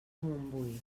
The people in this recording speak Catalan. montbui